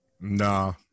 nah